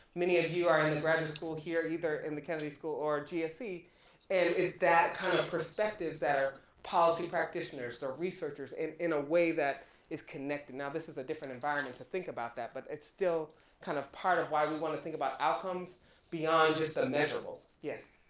many of you are in the graduate school here, either in the kennedy school or gsc and it's that kind of of perspectives that are policy practitioners, the researchers in in a way that is connected. now this is a different environment to think about that but it's still kind of, part of why we wanna think about outcomes beyond just the measureables. yes.